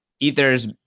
ether's